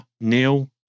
Neil